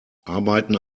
arbeiten